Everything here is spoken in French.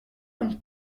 donc